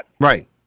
Right